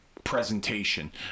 Presentation